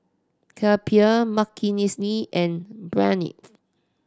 Kapil Makineni and Pranav